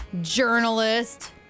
Journalist